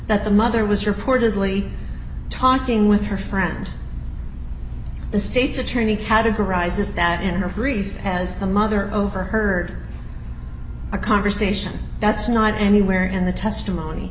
that the mother was reportedly talking with her friend the state's attorney categorizes that in her grief has the mother overheard a conversation that's not anywhere in the testimony